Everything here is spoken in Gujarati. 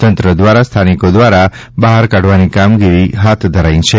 તંત્ર દ્વારા સ્થાનિકો દ્વારા બહાર કાઢવાની કાર્યવાહી હાથ ધરાઈ છે